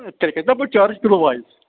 تیٚلہِ کھسہِ نا پَتہٕ چارٕج کِلوٗ وایِز